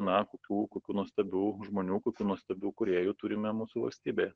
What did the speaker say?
na kokių kokių nuostabių žmonių kokių nuostabių kūrėjų turime mūsų valstybėje